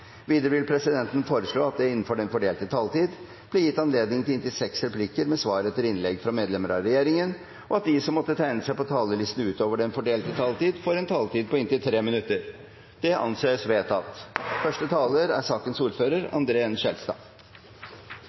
Videre vil presidenten foreslå at det blir gitt anledning til inntil seks replikker med svar etter innlegg fra medlemmer av regjeringen innenfor den fordelte taletid, og at de som måtte tegne seg på talerlisten utover den fordelte taletid, får en taletid på inntil 3 minutter. – Det anses vedtatt.